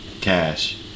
Cash